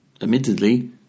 Admittedly